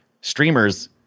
streamers